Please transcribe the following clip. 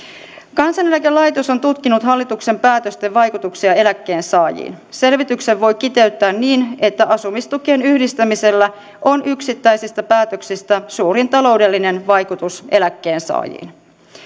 kansaneläkelaitos on tutkinut hallituksen päätösten vaikutuksia eläkkeensaajiin selvityksen voi kiteyttää niin että asumistukien yhdistämisellä on yksittäisistä päätöksistä suurin taloudellinen vaikutus eläkkeensaajiin